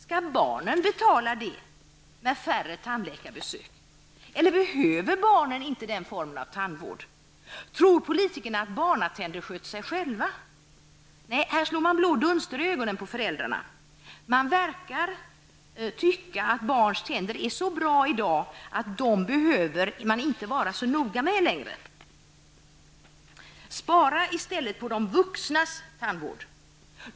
Skall barnen betala det med färre tandläkarbesök? Behöver barnen inte den formen av tandvård? Tror politikerna att barnatänder sköter sig själva? Nej, här slår man blå dunster i ögonen på föräldrarna. Man verkar tycka att barns tänder är så bra i dag att man inte behöver vara så noga med dem längre. Spara i stället på de vuxnas tandvård.